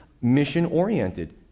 mission-oriented